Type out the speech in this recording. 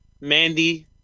Mandy